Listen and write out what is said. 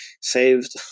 saved